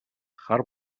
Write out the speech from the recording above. хар